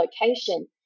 location